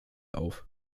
auf